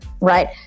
right